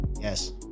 yes